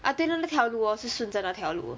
I think 那条路 hor 是顺着那条路的